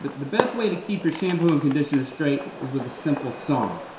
but the best way to keep your shampoo and conditioner straight is with a simple song.